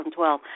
2012